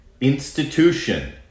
Institution